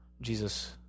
Jesus